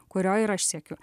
kurio ir aš siekiu